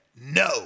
No